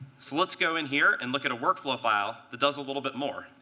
so let's go in here and look at a workflow file that does a little bit more.